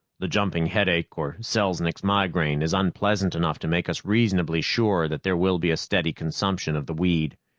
the jumping headache, or selznick's migraine, is unpleasant enough to make us reasonably sure that there will be a steady consumption of the weed.